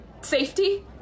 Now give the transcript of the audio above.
safety